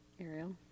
Ariel